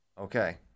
Okay